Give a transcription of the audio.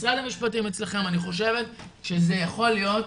משרד המשפטים אצלכם ואני חושבת שזה יכול להיות,